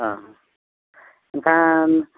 ᱦᱮᱸ ᱮᱱᱠᱷᱟᱱ